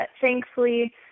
thankfully